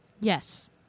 Yes